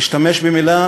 אשתמש במילה